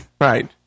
Right